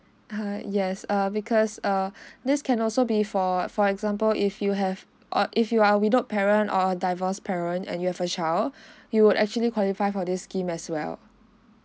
err yes uh because uh this can also be for for example if you have or if you are without parent or a divorce parent and you have a child you would actually qualify for this scheme as well